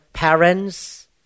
parents